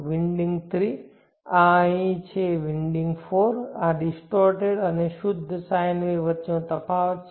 winding 3 આ અહીં છે વિન્ડિંગ 4 આ ડિસ્ટોર્ટેડ અને શુદ્ધ sine વચ્ચેનો તફાવત છે